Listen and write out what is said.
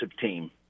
team